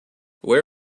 where